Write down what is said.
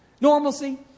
Normalcy